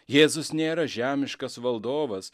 jėzus nėra žemiškas valdovas